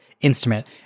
instrument